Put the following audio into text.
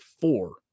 Four